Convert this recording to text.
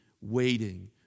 waiting